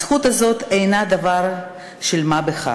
הזכות הזאת אינה דבר של מה בכך.